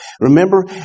remember